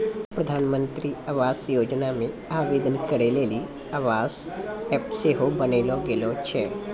प्रधानमन्त्री आवास योजना मे आवेदन करै लेली आवास ऐप सेहो बनैलो गेलो छै